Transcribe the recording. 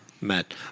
Matt